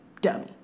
dummy